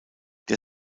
der